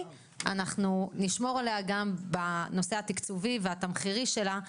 אנחנו נשמור עליה גם בנושא התקציבי והתמחור שלה,